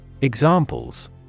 Examples